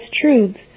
truths